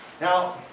Now